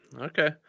Okay